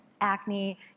acne